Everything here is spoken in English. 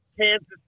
Kansas